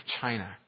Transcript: China